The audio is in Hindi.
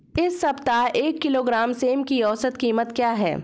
इस सप्ताह एक किलोग्राम सेम की औसत कीमत क्या है?